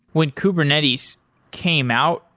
when kubernetes came out,